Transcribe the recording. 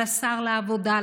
על שר העבודה,